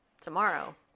tomorrow